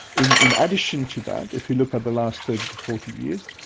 in in addition to that, if you look at the last thirty to forty years,